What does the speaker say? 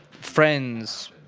friends,